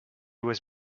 was